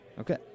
Okay